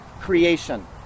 creation